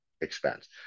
expense